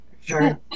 Sure